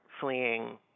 fleeing